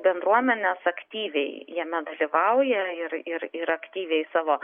bendruomenės aktyviai jame dalyvauja ir ir ir aktyviai savo